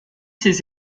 ses